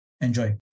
Enjoy